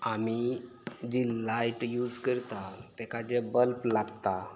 आमी जी light use करतात तेका जे बल्ब लागतात